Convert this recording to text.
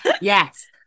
Yes